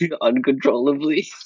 uncontrollably